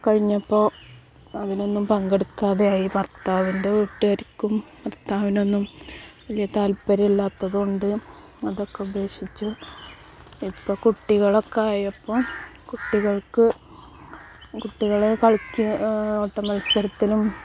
കഴിഞ്ഞപ്പോൾ അതിനൊന്നും പങ്കെടുക്കാതെയായി ഭർത്താവിൻ്റെ വീട്ടുകാർക്കും ഭർത്താവിനൊന്നും വലിയ താൽപ്പര്യം ഇല്ലാത്തത് കൊണ്ട് അതൊക്കെ ഉപേഷിച്ചു ഇപ്പം കുട്ടികളൊക്കെ ആയപ്പോൾ കുട്ടികൾക്ക് കുട്ടികളെ കളിക്കുക ഓട്ട മത്സരത്തിലും